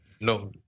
No